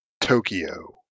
Tokyo